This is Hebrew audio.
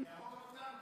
להרוג גם אותנו.